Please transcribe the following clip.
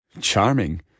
Charming